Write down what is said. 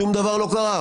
שום דבר לא קרה.